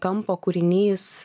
kampo kūrinys